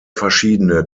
verschiedene